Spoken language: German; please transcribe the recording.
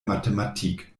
mathematik